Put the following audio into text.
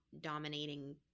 dominating